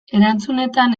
erantzunetan